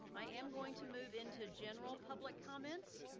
i am going to move into general public comments.